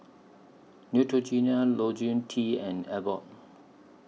Neutrogena Ionil T and Abbott